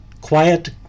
quiet